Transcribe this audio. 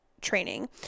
training